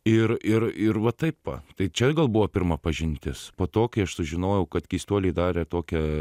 ir ir ir va taip va tai čia gal buvo pirma pažintis po to kai aš sužinojau kad keistuoliai darė tokią